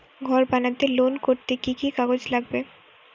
ঘর বানাতে লোন করতে কি কি কাগজ লাগবে?